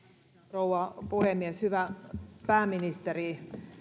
rouva puhemies hyvä pääministeri